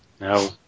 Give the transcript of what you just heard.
No